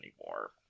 anymore